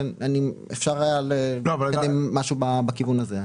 אפשר היה לקדם משהו בכיוון הזה.